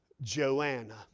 Joanna